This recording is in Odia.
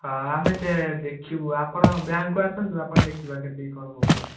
ହଁ ଆମେ ସେ ଦେଖିବୁ ଆପଣ ବ୍ୟାଙ୍କକୁ ଆସନ୍ତୁ ଆପଣ ଦେଖିବା କେତିକି କ'ଣ